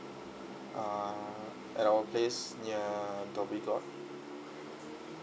err at our place near dhoby ghaut